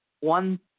one